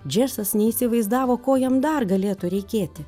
džesas neįsivaizdavo ko jam dar galėtų reikėti